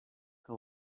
que